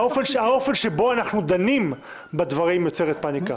האופן שבו אנחנו דנים בדברים יוצר פניקה.